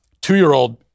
two-year-old